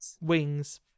wings